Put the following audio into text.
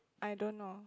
I don't know